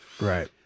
right